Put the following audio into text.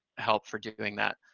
help for doing that.